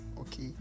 okay